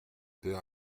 peur